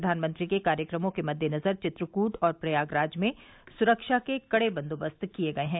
प्रधानमंत्री के कार्यक्रमों के मददेनजर चित्रकूट और प्रयागराज में सुरक्षा के कड़े बंदोबस्त किए गए हैं